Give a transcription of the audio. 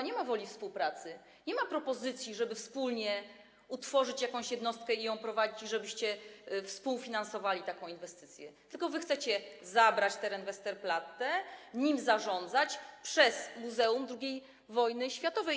Nie ma woli współpracy, nie ma propozycji, żeby wspólnie utworzyć jakąś jednostkę i ją prowadzić, żebyście współfinansowali taką inwestycję, natomiast wy chcecie zabrać teren Westerplatte i zarządzać nim poprzez Muzeum II Wojny Światowej.